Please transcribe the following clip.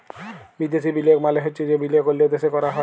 বিদ্যাসি বিলিয়গ মালে চ্ছে যে বিলিয়গ অল্য দ্যাশে ক্যরা হ্যয়